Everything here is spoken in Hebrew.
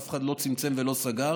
אף אחד לא צמצם ולא סגר